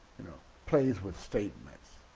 you know plays with statements.